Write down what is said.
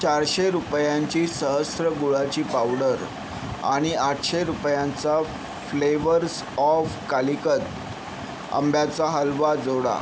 चारशे रुपयांची सहस्त्र गुळाची पावडर आणि आठशे रुपयांचा फ्लेवर्स ऑफ कालिकत आंब्याचा हलवा जोडा